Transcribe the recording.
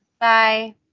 Bye